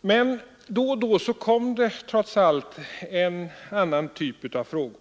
Men då och då kom det trots allt upp en annan typ av frågor.